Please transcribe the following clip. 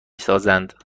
سازند